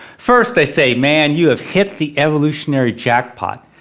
first they say, man, you've hit the evolutionary jackpot.